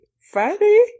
funny